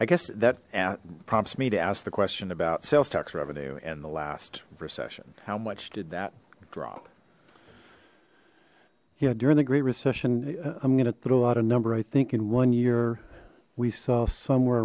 i guess that prompts me to ask the question about sales tax revenue in the last recession how much did that drop yeah during the great recession i'm gonna throw a lot a number i think in one year we saw somewhere